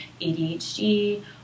ADHD